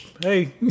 hey